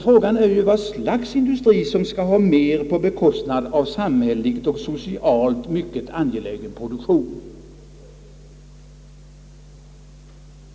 Frågan gäller ju vad slags industri som skall ha mer på bekostnad av samhälleligt och socialt mycket angelägen produktion.